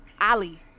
Ali